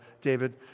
David